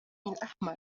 الأحمر